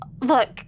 Look